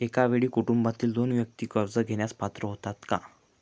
एका वेळी कुटुंबातील दोन व्यक्ती कर्ज घेण्यास पात्र होतात का?